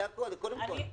זה הכול, קודם כל.